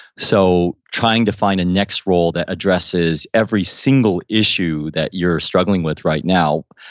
so trying to find a next role that addresses every single issue that you're struggling with right now,